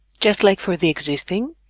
just like for the existing